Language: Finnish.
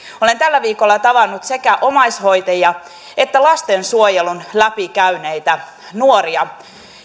olen tällä viikolla tavannut sekä omaishoitajia että lastensuojelun läpikäyneitä nuoria